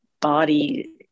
body